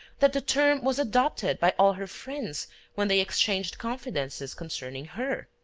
that the term was adopted by all her friends when they exchanged confidences concerning her.